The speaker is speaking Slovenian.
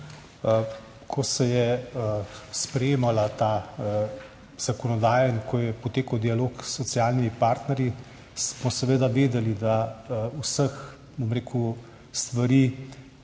Ko se je sprejemala ta zakonodaja in ko je potekal dialog s socialnimi partnerji, smo seveda vedeli, da vseh stvari